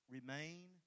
Remain